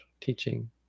teaching